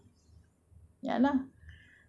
sinners who repent